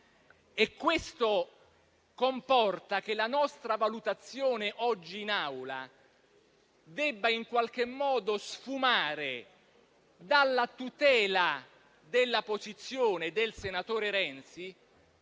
Questo comporta che la nostra valutazione oggi in Aula debba sfumare dalla tutela della posizione del senatore Renzi,